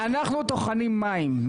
אלקין, אנחנו טוחנים מים.